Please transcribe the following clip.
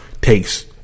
Takes